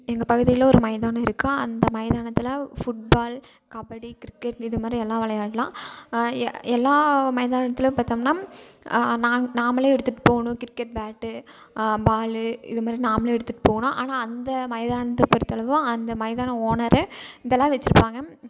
எங்கள் பகுதியில் ஒரு மைதானம் இருக்குது அந்த மைதானத்தில் ஃபுட்பால் கபடி கிரிக்கெட் இதுமாதிரி எல்லாம் விளையாட்லாம் எல்லா மைதானத்துலேயும் பாத்தோம்னா நாங்க நம்மளே எடுத்துட்டு போகணும் கிரிக்கெட் பேட்டு பாலு இது மாதிரி நம்மளே எடுத்துட்டு போகணும் ஆனால் அந்த மைதானத்தை பொறுத்தளவு அந்த மைதானம் ஓனரே இதெல்லாம் வெச்சுருப்பாங்க